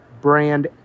brand